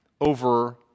over